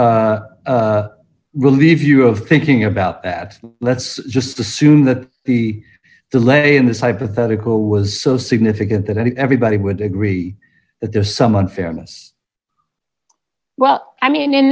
to relieve you of thinking about that let's just assume that the delay in this hypothetical was so significant that i think everybody would agree that there's some unfairness well i mean in